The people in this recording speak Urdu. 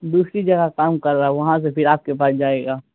دوسری جگہ کام کر رہا ہے وہاں سے پھر آپ کے پاس جائے گا